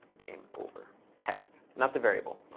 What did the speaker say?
game over text, not the variable.